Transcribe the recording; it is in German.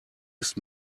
ist